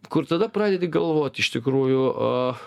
kur tada pradedi galvot iš tikrųjų